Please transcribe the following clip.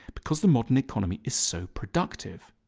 because the modern economy is so productive.